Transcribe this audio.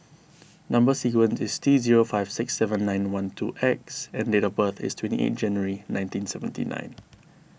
Number Sequence is T zero five six seven nine one two X and date of birth is twenty eight January nineteen seventy nine